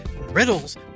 riddles